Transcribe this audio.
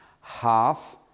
half